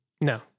No